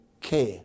care